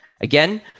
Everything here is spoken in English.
Again